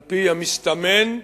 על-פי המסתמן,